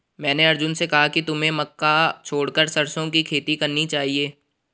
मैंने अर्जुन से कहा कि तुम्हें मक्का छोड़कर सरसों की खेती करना चाहिए